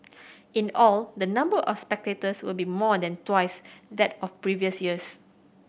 in all the number of spectators will be more than twice that of previous years